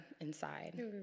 inside